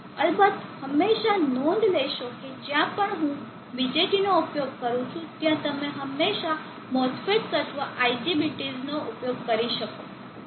અલબત્ત હંમેશાં નોંધ લેશો કે જ્યાં પણ હું BJT નો ઉપયોગ કરું છું ત્યાં તમે હંમેશા MOSFETs અથવા IGBTs નો ઉપયોગ કરી શકો છો